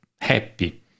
happy